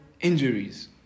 injuries